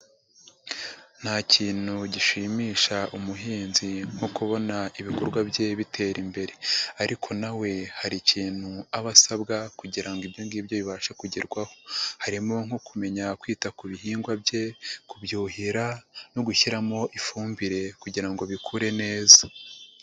Nta kintu gishimisha umuhinzi nko kubona ibikorwa bye bitera imbere, ariko nawe we hari ikintu aba asabwa kugira ngo ibyo ngibyo bibashe kugerwaho, harimo nko kumenya kwita ku bihingwa bye kubyuhira no gushyiramo ifumbire kugira ngo bikure neza.